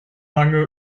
lange